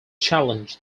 challenge